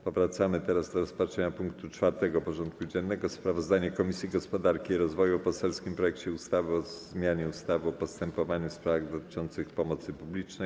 Powracamy do rozpatrzenia punktu 4. porządku dziennego: Sprawozdanie Komisji Gospodarki i Rozwoju o poselskim projekcie ustawy o zmianie ustawy o postępowaniu w sprawach dotyczących pomocy publicznej.